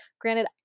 granted